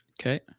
Okay